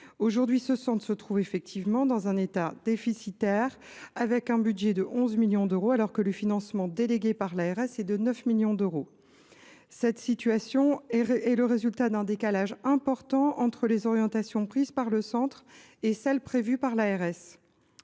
Aujourd’hui, ce centre se trouve effectivement dans un état déficitaire, avec un budget de 11 millions d’euros, alors que le financement délégué par l’ARS s’élève à 9 millions d’euros. Cette situation est le résultat d’un décalage important entre les orientations prises par le centre et celles qui sont prévues par l’ARS.